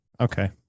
Okay